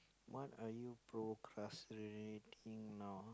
what are you procrastinating now